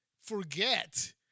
forget